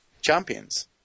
champions